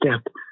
step